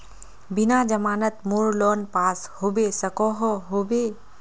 बिना जमानत मोर लोन पास होबे सकोहो होबे?